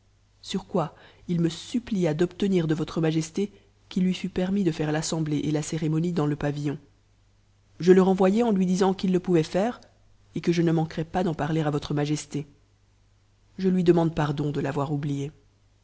sur quoi il me supplia d'obtenir de votre majesté qu'il t'mis de faire l'assemblée et la cérémonie dans le pavillon je le tov u en lui disant qu'il le pouvait faire et que je ne manquerais pas d'en o votre majesté je lui demande pardon de l'avoir oublié